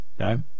Okay